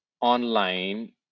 online